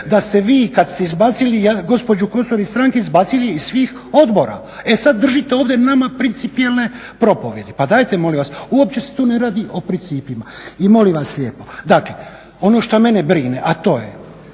da ste vi kad ste izbacili gospođu Kosor iz stranke, izbacili je i iz svih odbora. E sad držite ovdje nama principijelne propovjedi. Pa dajte, molim vas. Uopće se tu ne radi o principima. I molim vas lijepo, dakle, ono što mene brine, a to je